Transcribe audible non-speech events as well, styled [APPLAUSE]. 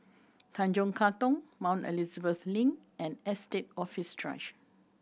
Tanjong Katong Mount Elizabeth Link and Estate Office [UNINTELLIGIBLE]